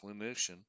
clinician